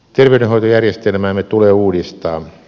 terveydenhoitojärjestelmäämme tulee uudistaa